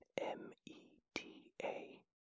M-E-T-A